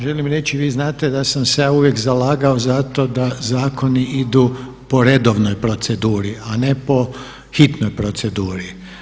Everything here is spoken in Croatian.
Želim reći da vi znate da sam se ja uvijek zalagao zato da zakoni idu po redovnoj proceduri, a ne po hitnoj proceduri.